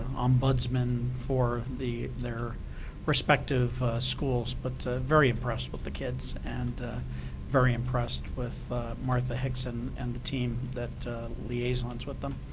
ombudsmen for the their respective schools, but very impressed with the kids and very impressed with martha hickson and the team that liaisons with them.